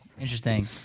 Interesting